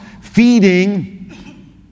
feeding